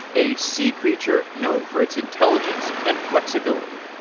a sea creature known for its intelligence and flexibility.